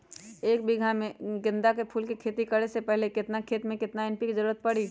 एक बीघा में गेंदा फूल के खेती करे से पहले केतना खेत में केतना एन.पी.के के जरूरत परी?